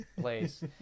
place